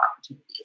opportunities